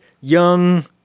young